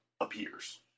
appears